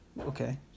Okay